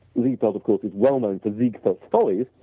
ziegfeld of course is well known for ziegfeld follies,